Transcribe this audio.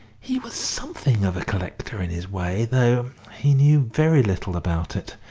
he was something of a collector in his way, though he knew very little about it,